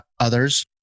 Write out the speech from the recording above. others